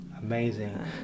Amazing